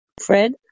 Fred